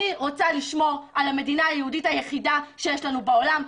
אני רוצה לשמור על המדינה היהודית היחידה שיש לנו בעולם.